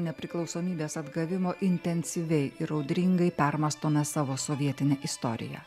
nepriklausomybės atgavimo intensyviai ir audringai permąstome savo sovietinę istoriją